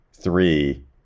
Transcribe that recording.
Three